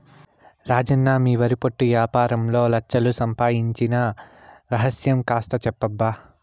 రాజన్న మీ వరి పొట్టు యాపారంలో లచ్ఛలు సంపాయించిన రహస్యం కాస్త చెప్పబ్బా